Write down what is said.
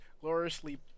gloriously